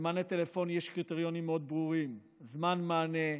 למענה טלפוני יש קריטריונים מאוד ברורים: זמן מענה,